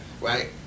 right